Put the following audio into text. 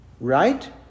Right